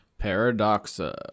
Paradoxa